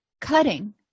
Cutting